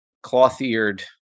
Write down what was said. cloth-eared